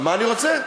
מה אני רוצה?